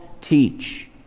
teach